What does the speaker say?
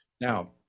Now